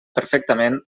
perfectament